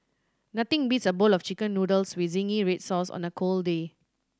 nothing beats a bowl of Chicken Noodles with zingy red sauce on a cold day